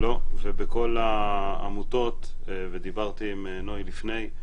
לא, בכל העמותות, ודיברתי עם נויה לפני.